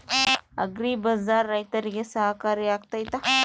Agri bazaar ರೈತರಿಗೆ ಸಹಕಾರಿ ಆಗ್ತೈತಾ?